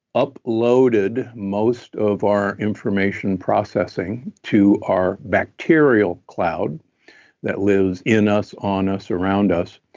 uploaded most of our information processing to our bacterial cloud that lives in us, on us, around us,